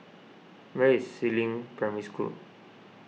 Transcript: where is Si Ling Primary School